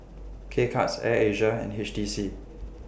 K Cuts Air Asia and H T C